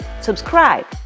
Subscribe